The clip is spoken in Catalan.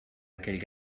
aquell